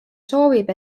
soovib